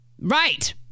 Right